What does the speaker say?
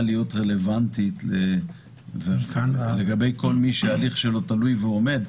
להיות רלוונטית לגבי כל מי שההליך שלו תלוי ועומד,